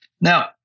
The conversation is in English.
Now